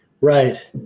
Right